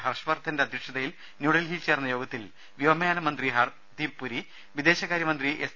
ഹർഷവർധന്റെ അധ്യക്ഷത്യിൽ ന്യൂഡൽഹി യിൽ ചേർന്ന യോഗത്തിൽ വ്യോമയാന മന്ത്രി ഹർധീപ്പുരി വിദേശ കാര്യ മന്ത്രി എസ്